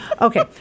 Okay